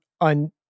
on